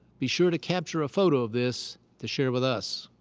be sure to capture a photo of this to share with us.